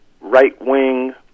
right-wing